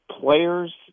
players